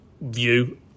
view